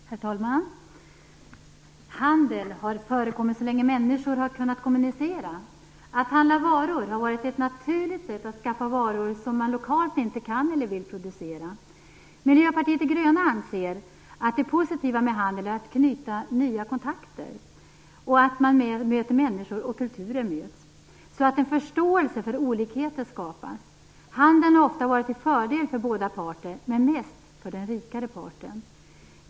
Herr talman! Handel har förekommit så länge människor kunnat kommunicera. Att handla varor har varit ett naturligt sätt att skaffa varor som man lokalt inte kan eller vill producera. Miljöpartiet de gröna anser att det positiva med handel är att knyta nya kontakter och att människor och kulturer möts, så att en förståelse för olikheter skapas. Handeln har ofta varit till fördel för båda parter, men mest för den rikare parten.